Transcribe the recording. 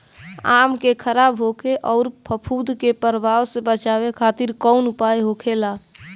आम के खराब होखे अउर फफूद के प्रभाव से बचावे खातिर कउन उपाय होखेला?